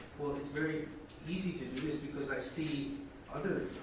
well, it's very easy to do this because i see other